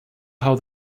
how